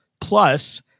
Plus